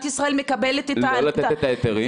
ישראל מקבלת את ה --- אז לא לתת את ההיתרים?